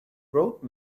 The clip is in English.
wrote